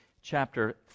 chapter